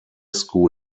school